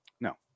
No